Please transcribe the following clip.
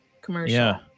commercial